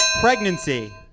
Pregnancy